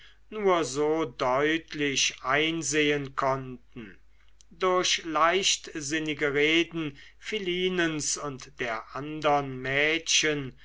nur so deutlich einsehen konnten durch leichtsinnige reden philinens und der andern mädchen